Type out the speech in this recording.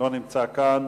לא נמצא כאן.